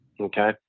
Okay